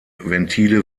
ventile